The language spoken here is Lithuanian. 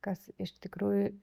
kas iš tikrųjų